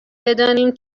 بدانیم